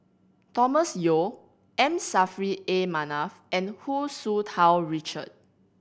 Thomas Yeo M Saffri A Manaf and Hu Tsu Tau Richard